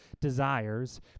desires